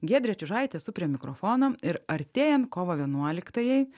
giedrė čiužaitė esu prie mikrofono ir artėjant kovo vienuoliktajai